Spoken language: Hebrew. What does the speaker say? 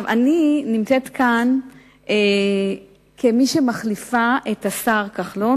אני נמצאת כאן כמי שמחליפה את השר כחלון,